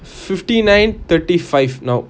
fifty nine thirty five now